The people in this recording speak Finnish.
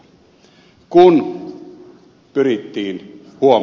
kun pyrittiin huom